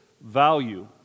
value